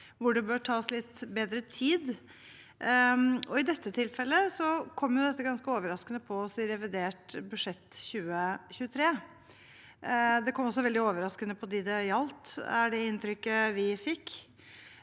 hvor det bør tas litt bedre tid. I dette tilfellet kom det ganske overraskende på oss i revidert budsjett 2023. Det kom også veldig overraskende på dem det gjaldt, er det inntrykket vi fikk,